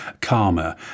Karma